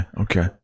Okay